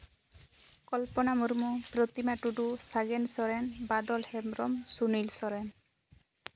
Kalpana Murmu Pratima Tudu Sagen Soren Badal Hembrom Sunil Soren